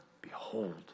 Behold